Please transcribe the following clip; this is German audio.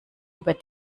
über